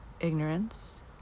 ignorance